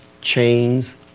chains